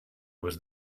was